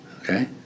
Okay